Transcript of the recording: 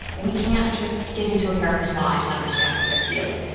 we can't just get into a character's mind and understand what they're feeling.